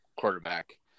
quarterback